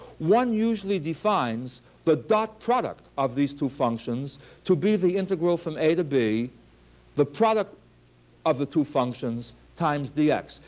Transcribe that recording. one usually defines the dot product of these two functions to be the integral from a to b the product of the two functions times dx.